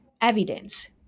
evidence